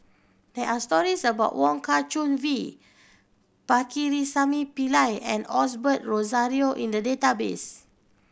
there are stories about Wong Kah Chun V Pakirisamy Pillai and Osbert Rozario in the database